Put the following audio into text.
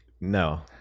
No